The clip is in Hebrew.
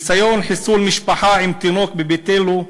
ניסיון חיסול משפחה עם תינוק בביתילו,